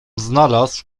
znalazł